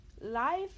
Life